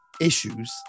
issues